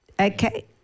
Okay